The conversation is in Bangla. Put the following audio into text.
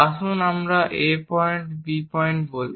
আসুন আমরা A পয়েন্ট B পয়েন্ট বলি